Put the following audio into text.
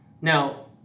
Now